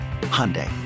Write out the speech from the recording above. Hyundai